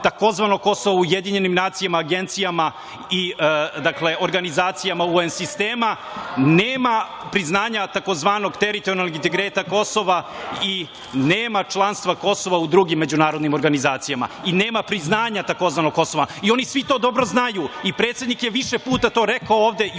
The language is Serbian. tzv. Kosova u Ujedinjenim nacijama, agencijama i organizacijama UN sistema, nema priznanja tzv. teritorijalnog integriteta Kosova i nema članstva Kosova u drugim međunarodnim organizacijama i nema priznanja tzv. Kosova. I oni svi to dobro znaju, i predsednik je više puta to rekao ovde i